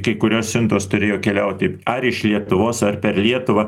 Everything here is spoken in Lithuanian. kai kurios siuntos turėjo keliauti ar iš lietuvos ar per lietuvą